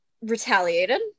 retaliated